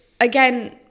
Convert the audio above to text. again